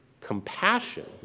compassion